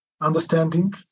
understanding